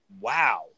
Wow